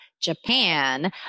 Japan